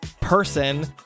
person